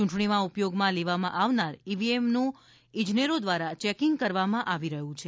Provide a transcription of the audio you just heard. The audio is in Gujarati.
ચૂંટણીમાં ઉપયોગમાં લેવામાં આવનાર ઇ વી એમ નું ઇજનેરો દ્વારા ચેકિંગ કરવામાં આવી રહ્યું છે